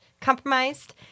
compromised